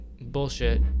bullshit